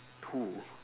who